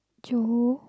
true